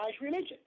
religion